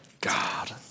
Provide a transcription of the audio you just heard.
God